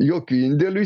jokiu indėliu